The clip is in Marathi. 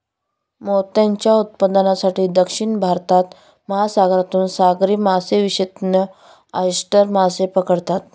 मोत्यांच्या उत्पादनासाठी, दक्षिण भारतात, महासागरातून सागरी मासेविशेषज्ञ ऑयस्टर मासे पकडतात